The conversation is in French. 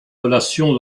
relations